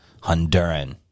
Honduran